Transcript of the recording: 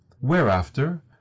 whereafter